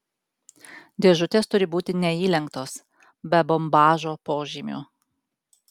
dėžutės turi būti neįlenktos be bombažo požymių